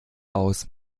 aus